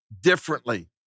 differently